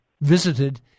visited